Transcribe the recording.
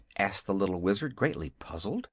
asked the little wizard, greatly puzzled.